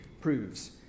proves